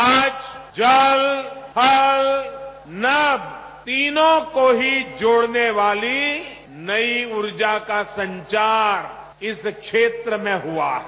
आज जल थल नभ तीनों को ही जोड़ने वाली नई ऊर्जा का संचार इस देश में हुआ है